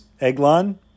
Eglon